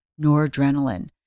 noradrenaline